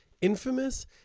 Infamous